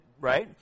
right